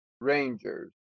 Rangers